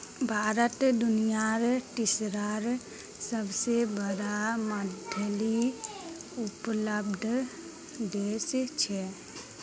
भारत दुनियार तीसरा सबसे बड़ा मछली उत्पादक देश छे